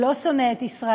הוא לא שונא את ישראל,